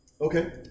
Okay